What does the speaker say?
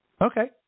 Okay